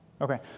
Okay